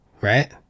Right